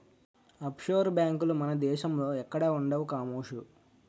offshore బేంకులు మన దేశంలో ఎక్కడా ఉండవు కామోసు